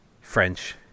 French